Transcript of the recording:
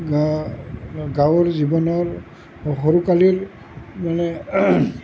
গাঁৱৰ জীৱনৰ সৰু কালিৰ মানে